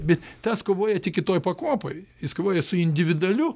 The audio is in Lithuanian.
bet tas kovoja tik kitoj pakopoj jis kovoja su individualiu